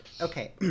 okay